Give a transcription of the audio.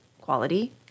quality